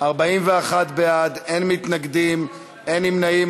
41 בעד, אין מתנגדים, אין נמנעים.